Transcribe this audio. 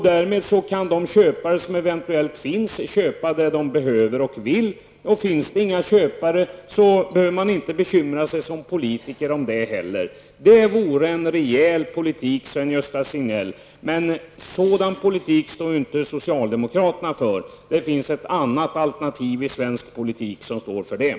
Därmed kan de köpare som eventuellt finns köpa vad de behöver och vill. Finns det inga köpare behöver man som politiker inte heller bekymra sig över det. Detta vore en rejäl politik, Sven-Gösta Signell. Men en sådan politik står inte socialdemokraterna för. Det finns ett annat alternativ i svensk politik som står för detta.